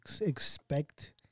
expect